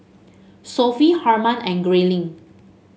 Sophie Harman and Grayling